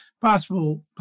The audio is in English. possible